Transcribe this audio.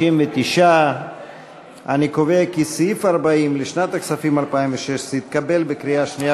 59. אני קובע כי סעיף 40 לשנת הכספים 2016 התקבל בקריאה שנייה,